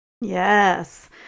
yes